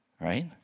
Right